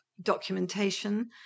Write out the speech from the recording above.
documentation